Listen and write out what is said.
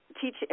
teach